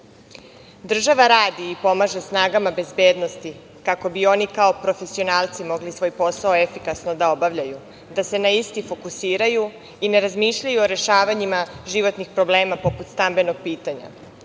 Država radi i pomaže snagama bezbednosti, kako bi oni kao profesionalci mogli svoj posao efikasno da obavljaju, da se na isti fokusiraju i ne razmišljaju o rešavanjima životnih problema poput stambenog pitanja. Zato